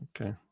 Okay